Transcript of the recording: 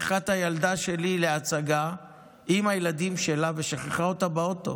לקחה את הילדה שלי להצגה עם הילדים שלה ושכחה אותה באוטו.